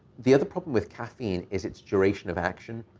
the other problem with caffeine is its duration of action.